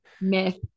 myth